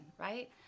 right